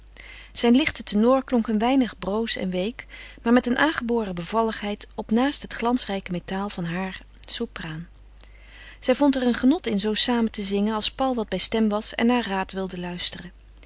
zijn lichte tenor klonk een weinig broos en week maar met een aangeboren bevalligheid op naast het glansrijke metaal van haar sopraan zij vond er een genot in zoo samen te zingen als paul wat bij stem was en naar raad wilde luisteren